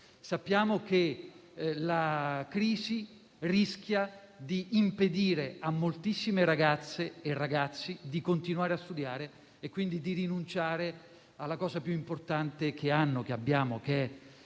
Sappiamo che la crisi rischia di impedire a moltissime ragazze e ragazzi di continuare a studiare e quindi di rinunciare alla cosa più importante che hanno, che abbiamo, che è